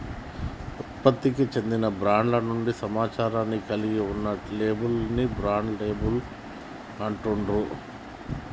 ఉత్పత్తికి చెందిన బ్రాండ్ గురించి సమాచారాన్ని కలిగి ఉన్న లేబుల్ ని బ్రాండ్ లేబుల్ అంటుండ్రు